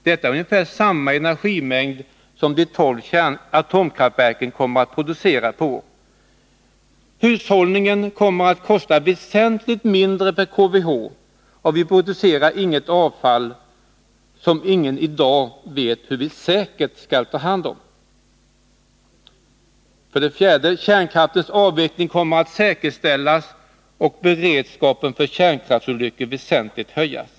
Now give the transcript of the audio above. Detta är ungefär samma energimängd som de tolv atomkraftverken kommer att producera per år. Hushållningen kommer att kosta väsentligt mindre per KWh, och vi producerar iuget sådant avfall som ingen i dag vet hur vi säkert skall ta hand om. För det fjärde kommer kärnkraftens avveckling att säkerställas och beredskapen för kärnkraftsolyckor väsentligt att höjas.